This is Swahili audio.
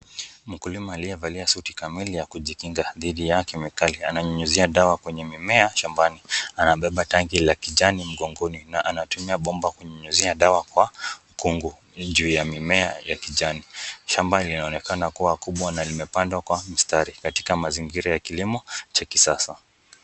Mkulima aliyevalia suti kamili ya kujikinga dhidi ya kemikali ananyunyizia mimea shambani. Anabeba tenki la kijani mgongoni na anatumia bomba kunyunyizia dawa kwa mkungu juu ya mimea ya kijani. Shamba linaonekana luwa kubwa na limepandwa kwa mstari katika mazingira ya kilimo cha kisasa.